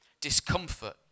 discomfort